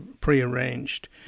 prearranged